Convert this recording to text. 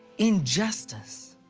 injustice.